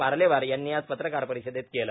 पार्लेवार यांनी आज पत्रकार परिषदेत केलं